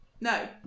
No